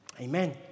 Amen